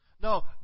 No